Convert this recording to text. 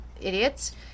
idiots